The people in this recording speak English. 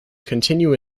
continue